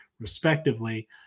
respectively